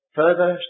further